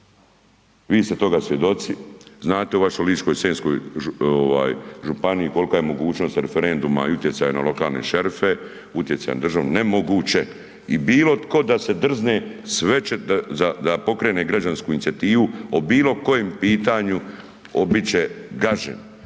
vi ste toga svjedoci, znate u vašoj Ličko-senjskoj ovaj županiji kolka je mogućnost referenduma i utjecaja na lokalne šerife, utjecaj na državu, nemoguće i bilo tko da se drzne, sve će da, da pokrene građansku inicijativu o bilo kojem pitanju, on bit će gažen,